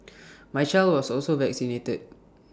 my child was also vaccinated